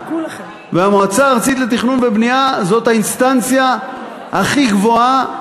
והמועצה הארצית לתכנון ובנייה זאת האינסטנציה הכי גבוהה,